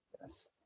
Yes